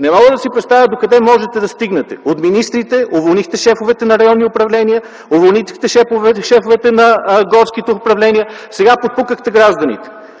не мога да си представя докъде можете да стигнете?! Министрите уволнихте шефовете на районни управления, уволнихте шефовете на горски управления, сега подпукахте гражданите.